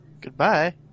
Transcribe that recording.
Goodbye